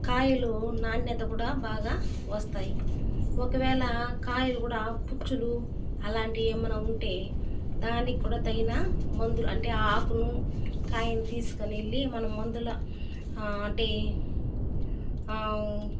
కాయలు నాణ్యత కూడా బాగా వస్తాయి ఒకవేళ కాయలు కూడా పుచ్చులు అలాంటివి ఏమైనా ఉంటే దానికి కూడా తగిన మందులు అంటే ఆకును కాయను తీసుకొని వెళ్లి మనం మందుల అంటే